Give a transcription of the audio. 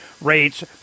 rates